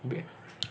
big